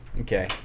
okay